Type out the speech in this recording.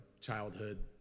childhood